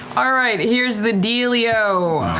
all right, here's the dealio.